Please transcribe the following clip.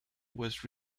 was